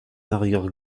arrière